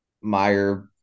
Meyer